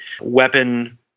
weapon